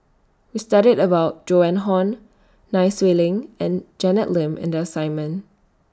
We studied about Joan Hon Nai Swee Leng and Janet Lim in The assignment